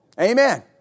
Amen